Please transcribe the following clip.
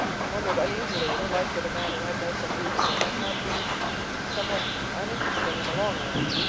and wondered uneasily if life with a man who had no sense of humor might not be somewhat uninteresting in the long run.